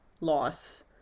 loss